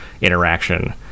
interaction